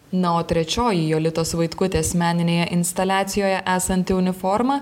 na o trečioji jolitos vaitkutės meninėje instaliacijoje esanti uniforma